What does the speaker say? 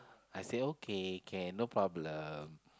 I say okay can no problem